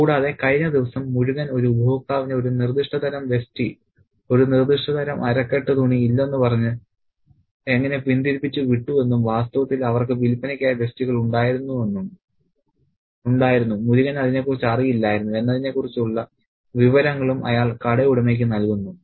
കൂടാതെ കഴിഞ്ഞ ദിവസം മുരുകൻ ഒരു ഉപഭോക്താവിനെ ഒരു നിർദ്ദിഷ്ട തരം വെസ്റ്റി ഒരു നിർദ്ദിഷ്ട അരക്കെട്ട് തുണി ഇല്ലെന്ന് പറഞ്ഞ് എങ്ങനെ പിന്തിരിപ്പിച്ചു വിട്ടു എന്നും വാസ്തവത്തിൽ അവർക്ക് വിൽപനയ്ക്കായി വെസ്റ്റികൾ ഉണ്ടായിരുന്നു മുരുകന് അതിനെക്കുറിച്ച് അറിയില്ലായിരുന്നു എന്നതിനെക്കുറിച്ചുള്ള വിവരങ്ങളും അയാൾ കട ഉടമയ്ക്ക് നൽകുന്നു